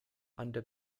under